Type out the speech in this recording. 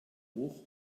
hoch